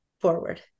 forward